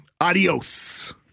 adios